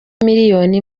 miliyoni